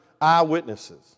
eyewitnesses